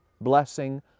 blessing